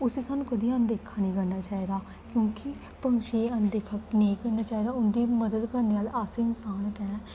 उस्सी सानूं कदें अनदेखा निं करना चाहिदा क्योंकि पंछियें गी अनदेखा नेईं करना चाहिदा उं'दी मदद करने आह्ले अस इंसान गै ऐं